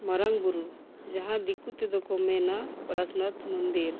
ᱢᱟᱨᱟᱝ ᱵᱩᱨᱩ ᱡᱟᱦᱟᱸ ᱫᱤᱠᱩ ᱛᱮᱫᱚ ᱠᱚ ᱢᱮᱱᱟ ᱯᱚᱨᱮᱥᱱᱟᱛᱷ ᱢᱚᱱᱫᱤᱨ